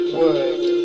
word